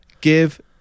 give